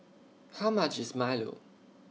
How much IS Milo